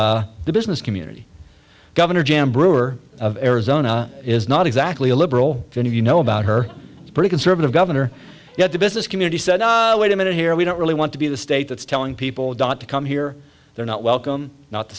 was the business community governor jan brewer of arizona is not exactly a liberal and you know about her pretty conservative governor yet the business community said wait a minute here we don't really want to be the state that's telling people dot to come here they're not welcome not to